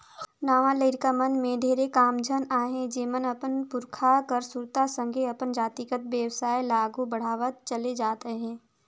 नावा लरिका मन में ढेरे कम झन अहें जेमन अपन पुरखा कर सुरता संघे अपन जातिगत बेवसाय ल आघु बढ़ावत चले जात अहें